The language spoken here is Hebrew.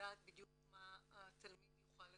לדעת בדיוק מה התלמיד יוכל לקבל.